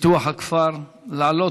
ופיתוח הכפר לעלות